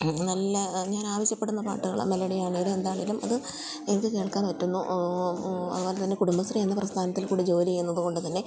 ഞാൻ ആവശ്യപ്പെടുന്ന പാട്ടുകള് മെലഡി ആണെങ്കിലും എന്താണെങ്കിലും അത് എനിക്ക് കേൾക്കാൻ പറ്റുന്നു അതുപോലെത്തന്നെ കുടുംബശ്രീയെന്ന പ്രസ്ഥാനത്തില്ക്കൂടി ജോലി ചെയ്യുന്നതുകൊണ്ട് തന്നെ